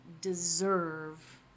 deserve